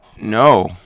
no